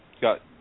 got